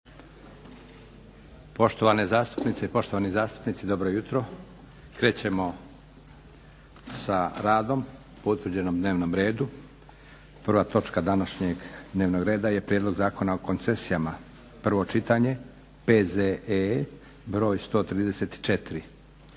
Poštovane zastupnice i poštovani zastupnici dobro jutro. Krećemo sa radom po utvrđenom dnevnom redu. Prva točka današnjeg dnevnog reda je - Prijedlog zakona o koncesijama, prvo čitanje, P.Z.E. br. 134.